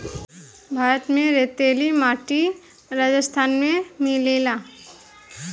भारत में रेतीली माटी राजस्थान में मिलेला